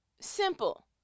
simple